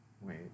Wait